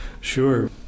Sure